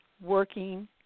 working